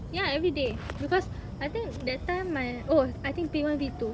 ya everyday because I think that time my oh I think P one P two